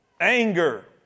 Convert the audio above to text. Anger